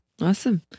Awesome